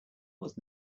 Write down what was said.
was